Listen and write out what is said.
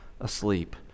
asleep